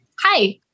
Hi